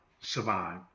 survive